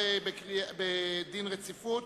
הודעת הממשלה על רצונה להחיל דין רציפות